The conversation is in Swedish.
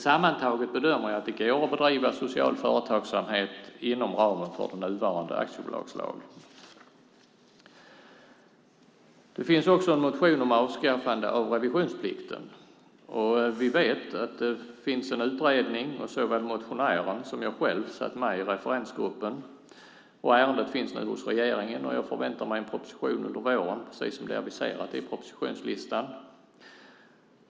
Sammantaget bedömer jag därför att det går att bedriva social företagsamhet inom ramen för den nuvarande aktiebolagslagen. Det finns också en motion om avskaffande av revisionsplikten. Vi vet att det finns en utredning, och såväl motionären som jag själv satt med i referensgruppen. Ärendet finns nu hos regeringen, och jag förväntar mig en proposition under våren precis som det är aviserat i propositionslistan.